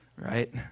right